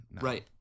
right